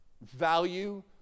Value